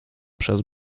przez